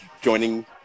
joining